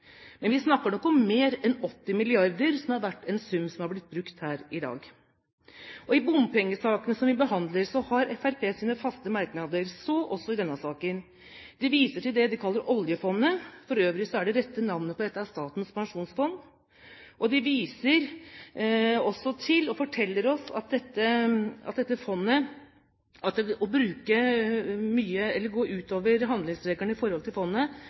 Men vi snakker nok om mer enn 80 mrd. kr, som har vært en sum som har blitt brukt her i dag. I bompengesakene vi behandler, har Fremskrittspartiet sine faste merknader, så også i denne saken. De viser til det de kaller oljefondet – det rette navnet er for øvrig Statens pensjonsfond – og de viser også til og forteller oss at å gå ut over handlingsregelen hva gjelder fondet, er veldig bra for framtidige generasjoner. Med Fremskrittspartiets økonomiske politikk ville Fremskrittspartiet sendt regningen til tusenvis av mennesker som jobber i